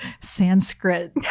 Sanskrit